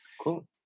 cool